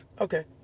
okay